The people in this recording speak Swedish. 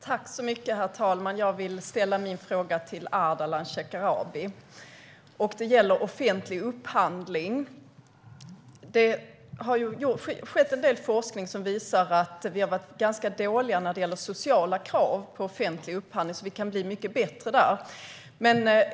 Herr talman! Jag vill ställa min fråga till Ardalan Shekarabi. Min fråga gäller offentlig upphandling. Det har gjorts en del forskning som visar att vi har varit dåliga i fråga om sociala krav i offentlig upphandling. Vi kan bli mycket bättre där.